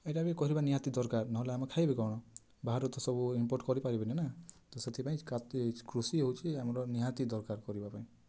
ଏଇଟା ବି କରିବା ନିହାତି ଦରକାର ନହେଲେ ଆମେ ଖାଇବା କ'ଣ ବାହାରୁ ତ ସବୁ ଇମ୍ପୋର୍ଟ୍ କରି ପାରିବିନି ନା ତ ସେଥିପାଇଁ କୃଷି ହଉଛି ଆମର ନିହାତି ଦରକାର କରିବା ପାଇଁ